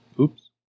Oops